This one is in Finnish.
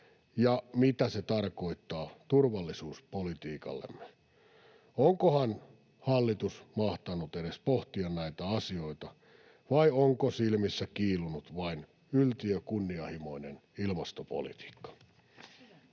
ja mitä se tarkoittaa turvallisuuspolitiikallemme? Onkohan hallitus mahtanut edes pohtia näitä asioita, vai onko silmissä kiilunut vain yltiökunnianhimoinen ilmastopolitiikka?